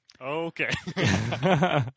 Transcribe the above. okay